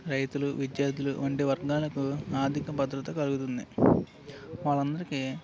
రైతులు విద్యార్థులు వంటి వర్గాలకు ఆర్థిక భద్రత కలుగుతుంది వాళ్ళందరికీ